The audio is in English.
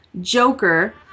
Joker